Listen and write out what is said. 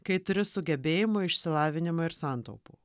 kai turi sugebėjimų išsilavinimą ir santaupų